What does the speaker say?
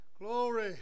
Glory